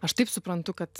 aš taip suprantu kad